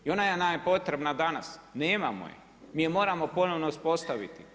I ona nam je potrebna danas, nemamo je, mi je moramo ponovno uspostaviti.